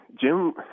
Jim